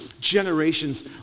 Generations